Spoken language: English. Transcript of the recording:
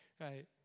right